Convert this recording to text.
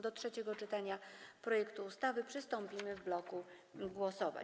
Do trzeciego czytania projektu ustawy przystąpimy w bloku głosowań.